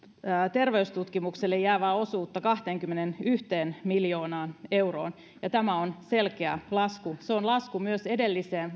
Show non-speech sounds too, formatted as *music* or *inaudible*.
terveystutkimukselle jäävää osuutta kahteenkymmeneenyhteen miljoonaan euroon ja tämä on selkeä lasku se on lasku myös edelliseen *unintelligible*